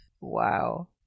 wow